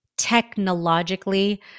technologically